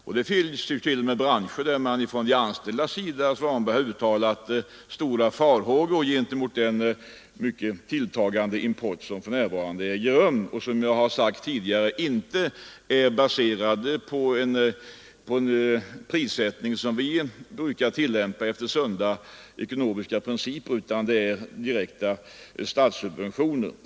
Det finns, herr Svanberg, t.o.m. branscher där de anställda har uttalat stor oro över den starkt tilltagande importen där prissättningen — det har jag sagt tidigare — inte är baserad på de ekonomiska principer som vi brukar tillämpa utan på direkta statssubventioner.